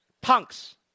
punks